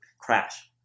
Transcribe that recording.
crash